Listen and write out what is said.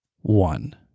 one